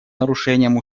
нарушением